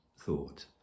thought